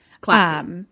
Classic